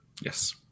Yes